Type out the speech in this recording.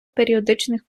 періодичних